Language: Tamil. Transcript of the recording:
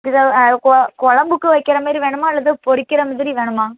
இது கொ குழம்புக்கு வைக்கிற மாதிரி வேணுமா அல்லது பொரிக்குற மாதிரி வேணுமா